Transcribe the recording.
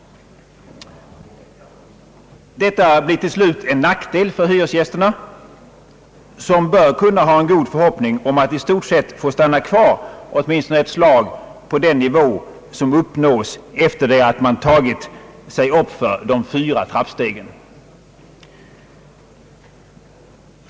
Detta blir till slut en nackdel för hyresgästerna, som bör kunna ha en god förhoppning om att i stort sett få stanna kvar åtminstone ett slag på den nivå som uppnås efter det att man tagit sig uppför de fyra trappstegen.